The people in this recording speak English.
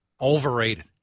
overrated